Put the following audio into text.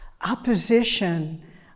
opposition